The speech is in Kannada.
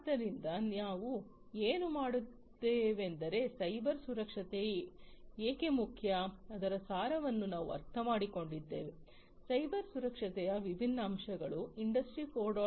ಆದ್ದರಿಂದ ನಾವು ಏನು ಮಾಡಿದ್ದೇವೆಂದರೆ ಸೈಬರ್ ಸುರಕ್ಷತೆ ಏಕೆ ಮುಖ್ಯ ಅದರ ಸಾರವನ್ನು ನಾವು ಅರ್ಥಮಾಡಿಕೊಂಡಿದ್ದೇವೆ ಸೈಬರ್ ಸುರಕ್ಷತೆಯ ವಿಭಿನ್ನ ಅಂಶಗಳು ಇಂಡಸ್ಟ್ರಿ 4